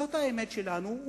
זאת האמת שלנו,